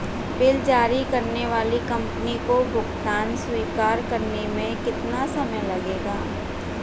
Bill जारी करने वाली कंपनी को भुगतान स्वीकार करने में कितना समय लगेगा?